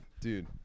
Dude